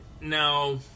Now